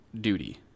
duty